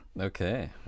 Okay